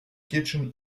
kitchen